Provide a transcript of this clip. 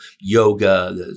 yoga